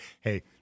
hey